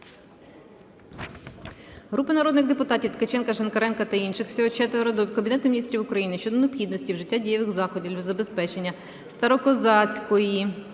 Групи народних депутатів (Ткаченка, Шинкаренка та інших. Всього четверо) до Кабінету Міністрів України щодо необхідності вжиття дієвих заходів для забезпечення Старокозацької